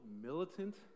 militant